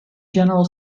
general